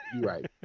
right